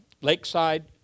lakeside